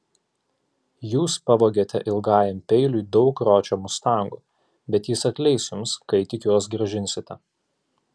jūs pavogėte ilgajam peiliui daug ročio mustangų bet jis atleis jums kai tik juos grąžinsite